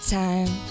time